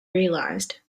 realized